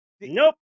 Nope